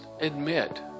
admit